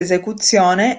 esecuzione